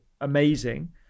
amazing